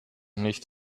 nicht